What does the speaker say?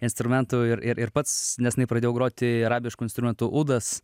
instrumentų ir ir ir pats nesenai pradėjau groti arabišku instrumentu udas